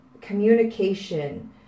communication